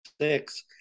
six